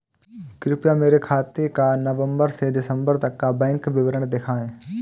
कृपया मेरे खाते का नवम्बर से दिसम्बर तक का बैंक विवरण दिखाएं?